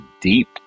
deep